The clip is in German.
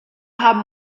haben